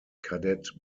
cadet